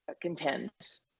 contends